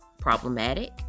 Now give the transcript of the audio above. problematic